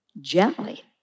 gently